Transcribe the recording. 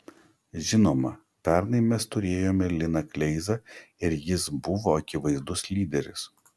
žinoma pernai mes turėjome liną kleizą ir jis buvo akivaizdus lyderis